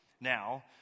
Now